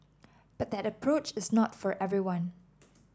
but that approach is not for everyone